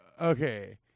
Okay